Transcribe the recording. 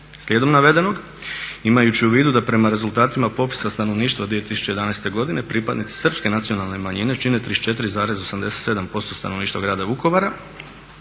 Slijedom navedenog, imajući u vidu da prema rezultatima popisa stanovništva 2011. godine pripadnici srpske nacionalne manjine čine 34,87% stanovništva Grada Vukovara,